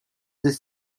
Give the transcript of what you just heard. this